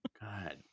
god